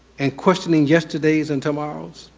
and questioning yesterday's and tomorrow's.